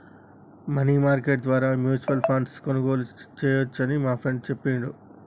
money market ద్వారా mutual ఫండ్ను కొనుగోలు చేయవచ్చని మా ఫ్రెండు చెప్పిండు